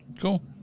Cool